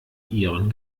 ihren